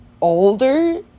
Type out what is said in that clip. older